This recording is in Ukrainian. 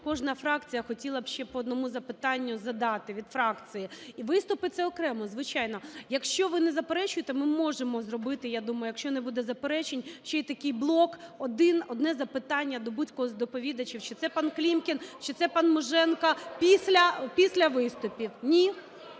кожна фракція хотіли б ще по одному запитанню задати від фракції. І виступи - це окремо, звичайно. Якщо ви не заперечуєте, ми можемо зробити, я думаю, якщо не буде заперечень, ще й такий блок: одне запитання до будь-кого з доповідачів, чи це пан Клімкін, чи це пан Муженко, після виступів. Ні?